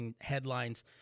headlines